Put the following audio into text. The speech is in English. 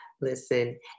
Listen